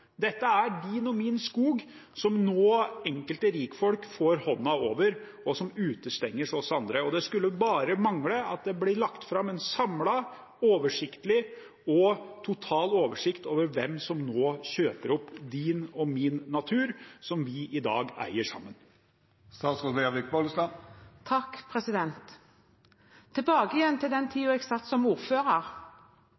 Dette er din og min skog, som enkelte rikfolk nå får hånda over, og som utestenger oss andre. Det skulle bare mangle at det ikke blir lagt fram en samlet, oversiktlig og total oversikt over hvem som nå kjøper opp din og min natur, som vi i dag eier sammen. Tilbake til den tiden jeg satt som ordfører: Da var jeg villig til å kjøpe den